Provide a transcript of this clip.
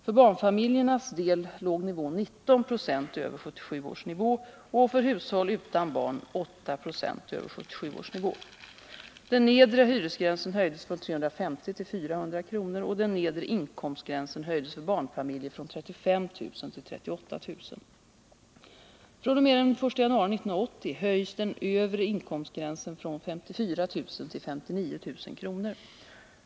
För barnfamiljernas del låg nivån 19 96 över 1977 års nivå och för hushåll utan barn 8 90 över 1977 års nivå. Den nedre hyresgränsen höjdes från 350 kr. till 400 kr. och den nedre inkomstgränsen höjdes för barnfamiljer från 35 000 kr. till 38 000 kr. Från och med den 1 januari 1980 höjs den övre inkomstgränsen från 54 000 kr. till 59 000 kr.